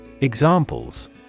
Examples